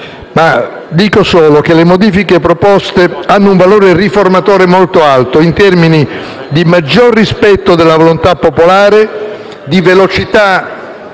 fa. Dico solo che le modifiche proposte hanno un valore riformatore molto alto in termini di maggior rispetto della volontà popolare, di velocità